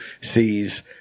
sees